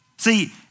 See